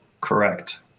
Correct